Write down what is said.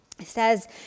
says